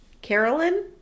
Carolyn